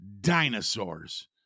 Dinosaurs